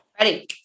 Ready